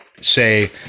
say